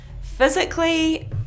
Physically